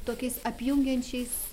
tokiais apjungiančiais